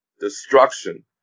destruction